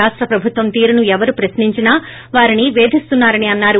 రాష్ట ప్రభుత్వం తీరును ఎవరు ప్రశ్నించినా వారిని వేధిస్తున్నారని అన్నారు